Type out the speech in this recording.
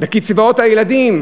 בקצבאות הילדים,